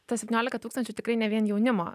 tas septyniolika tūkstančių tikrai ne vien jaunimo